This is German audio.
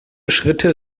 schritte